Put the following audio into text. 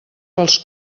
pels